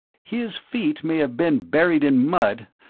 his feet may have been buried in mud,